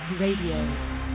Radio